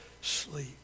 sleep